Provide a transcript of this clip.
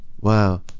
Wow